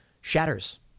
shatters